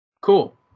cool